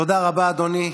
תודה רבה, אדוני.